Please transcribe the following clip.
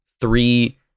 three